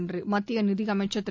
என்று மத்திய நிதியமைச்சர் திரு